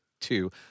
two